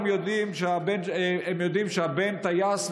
הם יודעים שהבן טייס,